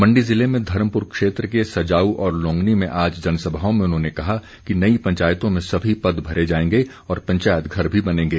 मण्डी जिले में धर्मपूर क्षेत्र के सजाऊ और लोंगणी में आज जनसभाओं में उन्होंने कहा कि नई पंचायतों में सभी पद भरे जाएंगे और पंचायत घर भी बनेंगे